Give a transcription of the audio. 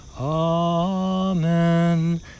Amen